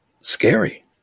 scary